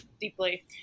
deeply